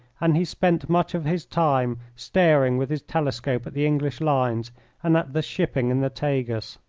and he spent much of his time staring with his telescope at the english lines and at the shipping in the tagus.